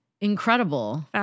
incredible